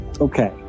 Okay